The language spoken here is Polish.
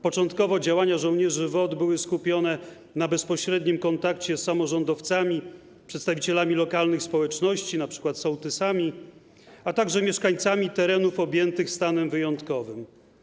Początkowo działania żołnierzy WOT były skupione na bezpośrednim kontakcie z samorządowcami, przedstawicielami lokalnych społeczności, np. sołtysami, a także mieszkańcami terenów objętych stanem wyjątkowym.